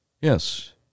Yes